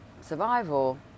survival